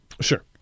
Sure